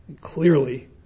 Clearly